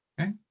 Okay